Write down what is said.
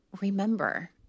remember